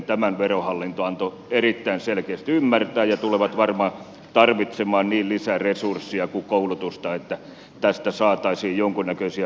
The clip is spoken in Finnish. tämän verohallinto antoi erittäin selkeästi ymmärtää ja he tulevat varmaan tarvitsemaan niin lisäresursseja kuin koulutusta että tästä saataisiin jonkunnäköisiä yhtenäisiä tulkintoja